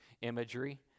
imagery